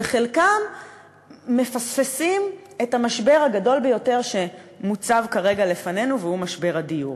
וחלקם מפספסים את המשבר הגדול ביותר שמוצב כרגע לפנינו והוא משבר הדיור.